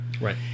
right